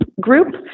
group